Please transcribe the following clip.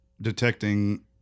detecting